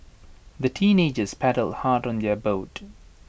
the teenagers paddled hard on their boat